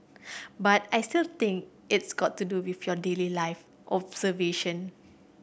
but I still think it's got to do with your daily life observation